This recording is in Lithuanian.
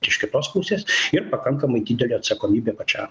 iš kitos pusės ir pakankamai didelė atsakomybė pačiam